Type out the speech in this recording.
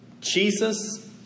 Jesus